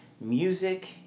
music